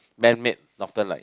man made Northern-Light